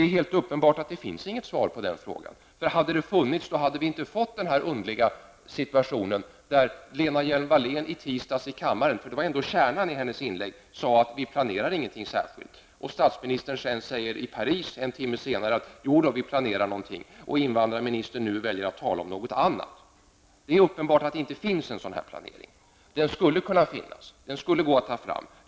Helt uppenbart finns det inget svar på den frågan. Hade det funnits ett svar hade vi inte fått den här underliga situationen. Lena Hjelm-Wallén sade i tisdags i kammaren, vilket var kärnan i hennes inlägg: Vi planerar ingenting särskilt. Statsministern sade en timme senare i Paris: Jo då, vi planerar någonting. Invandrarministern väljer nu att tala om något annat. Det är uppenbart att det inte finns någon planering. Den skulle kunna finnas. Den skulle gå att ta fram.